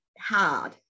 hard